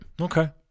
Okay